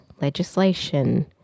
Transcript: legislation